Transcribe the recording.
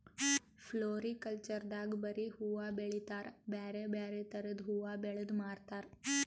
floriculture ದಾಗ್ ಬರಿ ಹೂವಾ ಬೆಳಿತಾರ್ ಬ್ಯಾರೆ ಬ್ಯಾರೆ ಥರದ್ ಹೂವಾ ಬೆಳದ್ ಮಾರ್ತಾರ್